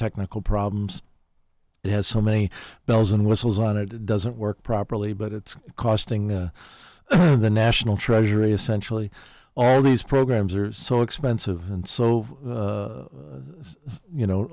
technical problems it has so many bells and whistles on it it doesn't work properly but it's costing the national treasury essentially all these programs are so expensive and so you know